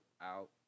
out